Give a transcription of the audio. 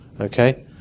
okay